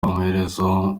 amaherezo